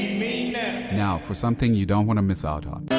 now, for something you don't wanna miss out on.